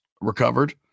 recovered